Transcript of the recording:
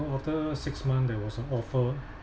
after six month there was a offer